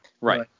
Right